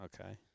Okay